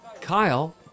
Kyle